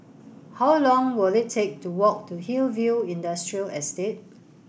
how long will it take to walk to Hillview Industrial Estate